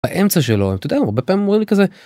באמצע שלו, אתה יודע הרבה פעמים אומרים לי כזה...